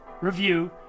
review